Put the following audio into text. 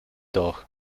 doch